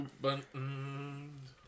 buttons